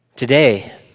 Today